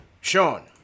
Sean